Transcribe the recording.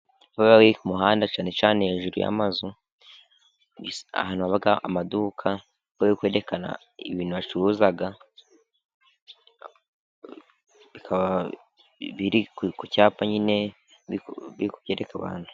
Ibyapa biba biri ku muhanda cyane cyane hejuru amazu, ahantu haba amaduka bari kwerekana ibintu bacuruza, bikaba biri ku cyapa nyine biri kubyereka abantu.